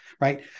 right